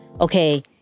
okay